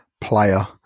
player